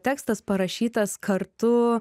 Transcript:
tekstas parašytas kartu